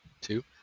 two